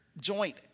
joint